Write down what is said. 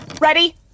Ready